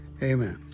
Amen